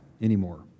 anymore